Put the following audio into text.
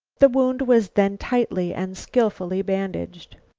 the wound was then tightly and skillfully bandaged.